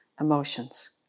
Emotions